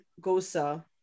Gosa